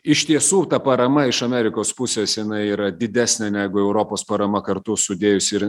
iš tiesų ta parama iš amerikos pusės jinai yra didesnė negu europos parama kartu sudėjus ir